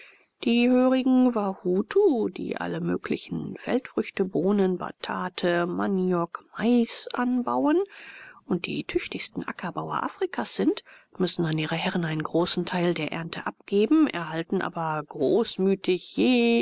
die hörigen wahutu die alle möglichen feldfrüchte bohnen batate maniok mais anbauen und die tüchtigsten ackerbauer afrikas sind müssen an ihre herren einen großen teil der ernte abgeben erhalten aber großmütig je